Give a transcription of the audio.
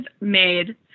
made